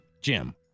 Jim